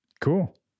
cool